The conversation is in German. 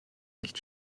nicht